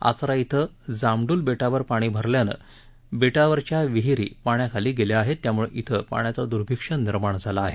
आचरा इथं जामडुल बेटावर पाणी भरल्यानं बेटावरच्या विहिरी पाण्याखाली गेल्या आहेत त्यामुळे इथं पाण्याचं दुर्भिक्ष्य निर्माण झालं आहे